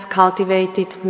cultivated